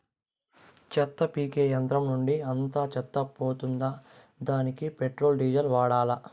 చెత్త పీకే యంత్రం నుండి అంతా చెత్త పోతుందా? దానికీ పెట్రోల్, డీజిల్ వాడాలా?